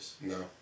No